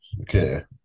okay